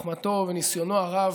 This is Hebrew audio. חוכמתו וניסינו הרב,